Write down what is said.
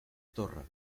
torre